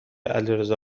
علیرضا